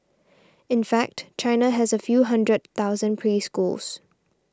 in fact China has a few hundred thousand preschools